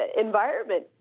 environment